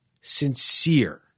sincere